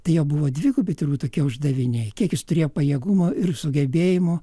tai jie buvo dvigubi turbūt tokie uždaviniai kiek jis turėjo pajėgumų ir sugebėjimų